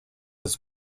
his